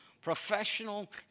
professional